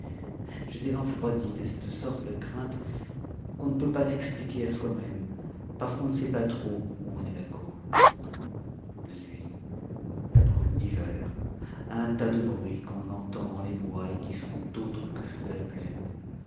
j'étais enfroidi de cette sorte de crainte qu'on ne peut pas s'expliquer à soi-même parce qu'on ne sait pas trop où en est la cause la nuit la brume d'hiver un tas de bruits qu'on entend dans les bois et qui sont autres que ceux de la plaine